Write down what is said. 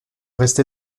reste